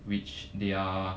which they are